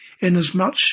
inasmuch